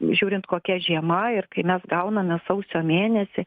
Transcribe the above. žiūrint kokia žiema ir kai mes gauname sausio mėnesį